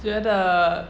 觉得